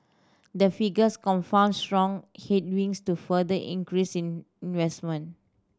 the figures confounded strong headwinds to further increase in investment